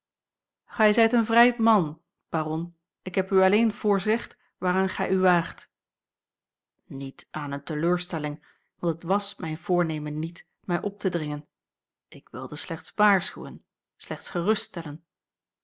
gij zijt een vrij man baron ik heb u alleen voorzegd waaraan gij u waagt a l g bosboom-toussaint langs een omweg niet aan eene teleurstelling want het wàs mijn voornemen niet mij op te dringen ik wilde slechts waarschuwen slechts